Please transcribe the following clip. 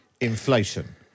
inflation